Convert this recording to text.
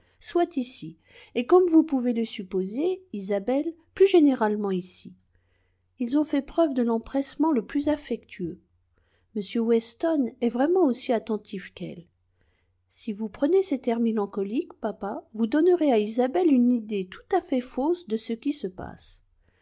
soit ici et comme vous pouvez le supposer isabelle plus généralement ici ils ont fait preuve de l'empressement le plus affectueux m weston est vraiment aussi attentif qu'elle si vous prenez cet air mélancolique papa vous donnerez à isabelle une idée tout à fait fausse de ce qui se passe